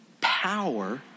power